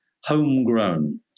homegrown